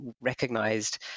recognized